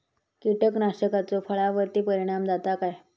कीटकनाशकाचो फळावर्ती परिणाम जाता काय?